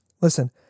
Listen